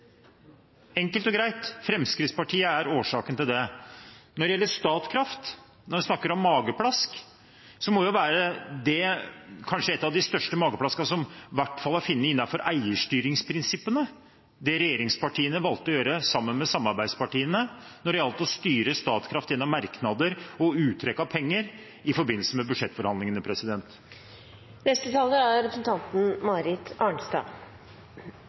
er årsaken til det. Når det gjelder Statkraft: Når vi snakker om mageplask, må jo det være kanskje et av de største mageplaskene som i hvert fall er å finne innenfor eierstyringsprinsippene, det regjeringspartiene sammen med samarbeidspartiene valgte å gjøre når det gjaldt å styre Statkraft gjennom merknader og uttrekk av penger i forbindelse med budsjettforhandlingene.